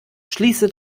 schließe